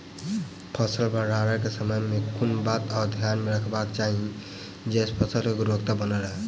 फसल भण्डारण केँ समय केँ कुन बात कऽ ध्यान मे रखबाक चाहि जयसँ फसल केँ गुणवता बनल रहै?